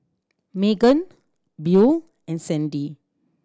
Meagan Buel and Sandie